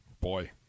Boy